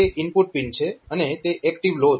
તે input pin છે અને તે એક્ટીવ લો છે